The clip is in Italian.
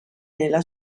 nella